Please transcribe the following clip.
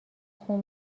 خون